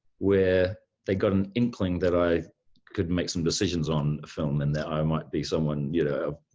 where they got an inkling that i could make some decisions on a film and that i might be someone, you know,